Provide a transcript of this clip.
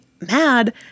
mad